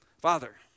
Father